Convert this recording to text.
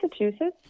Massachusetts